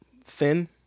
thin